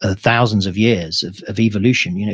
ah thousands of years of of evolution, you know